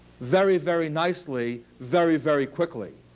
very, very nicely very, very quickly.